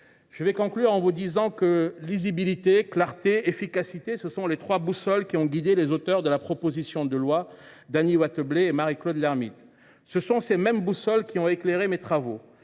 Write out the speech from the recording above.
de loi ainsi amendée. Lisibilité, clarté, efficacité : telles sont les trois boussoles qui ont guidé les auteurs de la proposition de loi, Dany Wattebled et Marie Claude Lermytte. Ce sont ces mêmes boussoles qui ont guidé mes travaux.